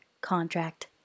contract